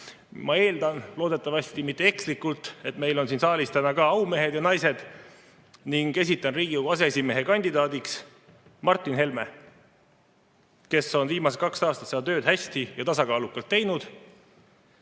Ma eeldan, loodetavasti mitte ekslikult, et meil on siin saalis täna ka aumehed ja ‑naised, ning esitan Riigikogu aseesimehe kandidaadiks Martin Helme, kes on viimased kaks aastat seda tööd hästi ja tasakaalukalt teinud.